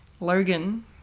Logan